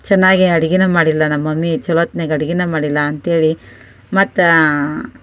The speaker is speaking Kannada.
ಚೆನ್ನಾಗಿ ಅಡುಗೇನೂ ಮಾಡಿಲ್ಲ ನಮ್ಮ ಮಮ್ಮಿ ಛಲೋ ಹೊತ್ನಲ್ಲಿ ಅಡುಗೇನೇ ಮಾಡಿಲ್ಲ ಅಂತೇಳಿ ಮತ್ತಾ